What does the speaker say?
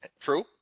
True